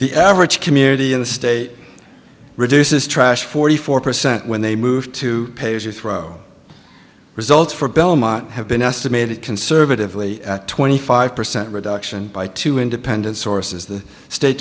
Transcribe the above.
the average community in the state reduces trash forty four percent when they move to pay as you throw results for belmont have been estimated conservatively twenty five percent reduction by two independent sources the state